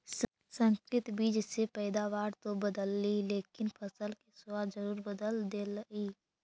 संकरित बीज से पैदावार तो बढ़लई लेकिन फसल के स्वाद जरूर बदल गेलइ